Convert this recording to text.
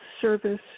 service